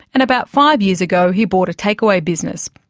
and about five years ago he bought a takeaway business.